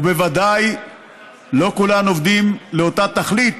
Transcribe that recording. ובוודאי לא כולם עובדים לאותה תכלית,